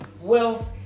wealth